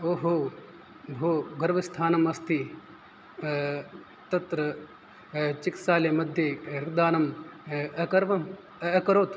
ओ हो भोः गर्वस्थानम् अस्ति तत्र चिकित्सालयमध्ये रक्तदानं अकरवम् अकरोत्